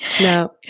No